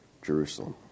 Jerusalem